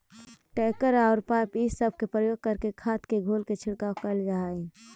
tanker औउर pipe इ सब के प्रयोग करके खाद के घोल के छिड़काव कईल जा हई